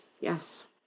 Yes